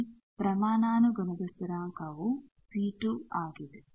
ಇಲ್ಲಿ ಪ್ರಮಾಣಾನುಗುಣದ ಸ್ಥಿರಾಂಕವು C2 ಆಗಿದೆ